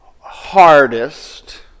hardest